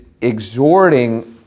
exhorting